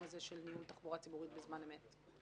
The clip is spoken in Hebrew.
של ניהול תחבורה ציבורית בזמן אמת.